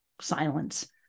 silence